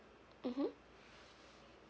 mmhmm